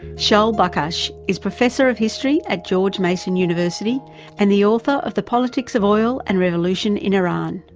shaul bakhash is professor of history at george mason university and the author of the politics of oil and revolution in iran.